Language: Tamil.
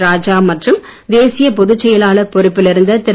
ராஜா மற்றும் தேசிய பொதுச்செயலாளர் பொறுப்பில் இருந்த திரு